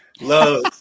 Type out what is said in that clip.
love